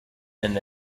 and